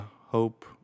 Hope